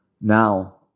Now